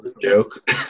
joke